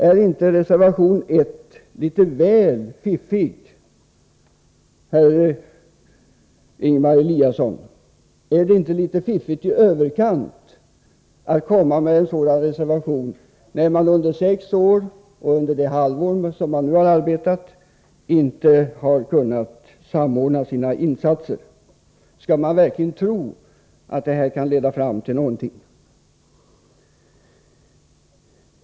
Är inte reservation 1 litet väl fiffig, Ingemar Eliasson? Är det inte litet väl fiffigt att komma med en sådan reservation, när man under sex år och under det halvår man nu har arbetat inte har kunnat samordna sina insatser? Skall man verkligen tro att denna reservation kan leda fram till någonting?